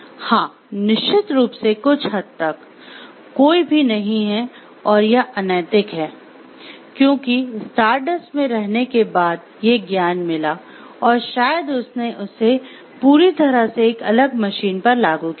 हां निश्चित रूप से कुछ हद तक कोई भी नहीं है और यह अनैतिक है क्योंकि स्टारडस्ट में रहने के बाद ये ज्ञान मिला और शायद उसने इसे पूरी तरह से एक अलग मशीन पर लागू किया है